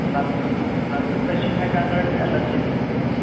نَتہٕ چھُ نَتہٕ چھُ تٔچِھنۍ ہیٚکان لأرِتھ ایٚلرجی ہیٚکان گٔژھِتھ